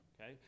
okay